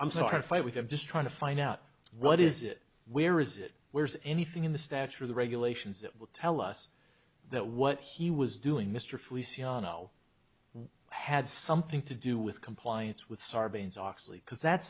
i'm sorry fight with i'm just trying to find out what is it where is it where's anything in the stature of the regulations that will tell us that what he was doing mr feliciano had something to do with compliance with sarbanes oxley because that's